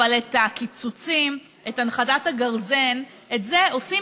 אבל את הקיצוצים, את הנחתת הגרזן, את זה עושים